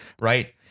right